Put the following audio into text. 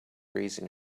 raising